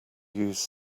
use